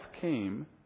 came